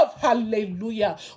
hallelujah